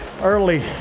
early